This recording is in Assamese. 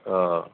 অঁ